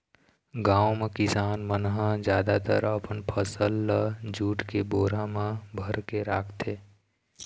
गाँव म किसान मन ह जादातर अपन फसल ल जूट के बोरा म भरके राखथे